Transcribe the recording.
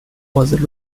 was